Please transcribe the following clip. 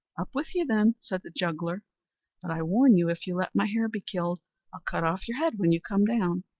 up with you, then, said the juggler but i warn you if you let my hare be killed i'll cut off your head when you come down.